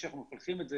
כשאנחנו מפלחים את זה,